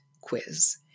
quiz